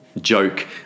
joke